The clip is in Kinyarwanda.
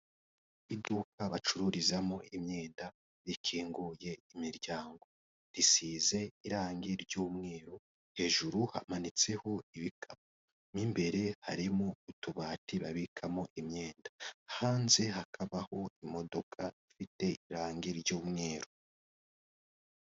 Iduka bacururizamo imyenda rikinguye imiryango, risize irangi ry'umweru hejuru hamanitseho ibikapu, mu imbere harimo utubati babikamo imyenda, hanze hakabaho imodoka ifite irange ry'umweru.